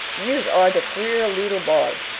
yous are de queer leetle boy.